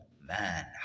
man